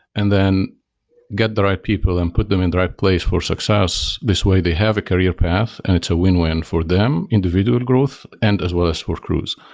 and then get the right people and put them in the right place for success. this way, they have a career path and it's a win-win for them, individual growth and as well as for cruise.